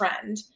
trend